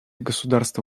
государства